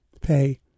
pay